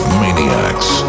maniacs